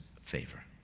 favor